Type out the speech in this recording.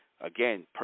again